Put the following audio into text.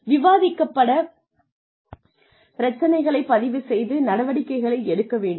விவாதிக்கப்பட பிரச்சனைகளைப் பதிவு செய்து நடவடிக்கைகளை எடுக்க வேண்டும்